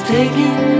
taking